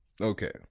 Okay